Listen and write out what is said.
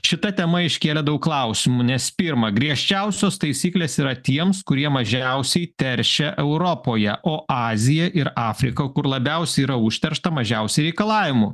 šita tema iškėlė daug klausimų nes pirma griežčiausios taisyklės yra tiems kurie mažiausiai teršia europoje o azija ir afrika kur labiausiai yra užteršta mažiausiai reikalavimų